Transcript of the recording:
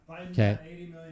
Okay